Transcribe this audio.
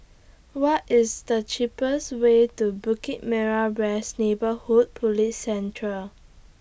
What IS The cheapest Way to Bukit Merah West Neighbourhood Police Centre